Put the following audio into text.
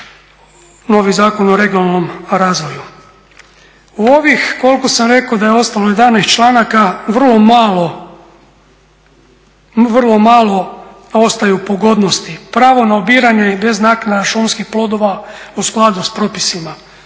U ovih koliko sam rekao da je ostalo 11. članaka vrlo malo ostaju pogodnosti. Pravo na obiranje i beznaknada šumskih plodova u skladu s propisima,